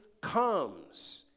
comes